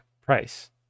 price